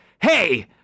hey